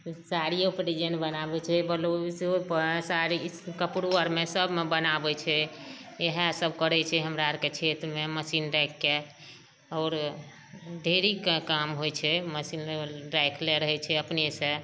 तऽ साड़ियोके डिजाइन बनाबै छै बलाउज सेहोपर साड़ी ई कपड़ो आरमे सबमे बनाबै छै इहए सब करै छै हमरा आरके क्षेत्रमे मशीन राखि कए आओर ढेरीके काम होइ छै मशीन लगल राखले रहै छै अपनेसॅं